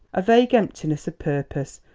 a vague emptiness of purpose,